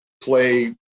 play